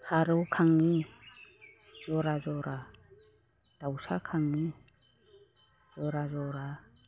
फारौ खाङो जरा जरा दाउसा खाङो जरा जरा